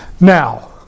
Now